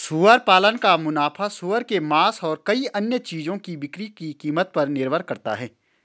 सुअर पालन का मुनाफा सूअर के मांस और कई अन्य चीजों की बिक्री की कीमत पर निर्भर करता है